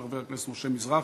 של חבר הכנסת משה מזרחי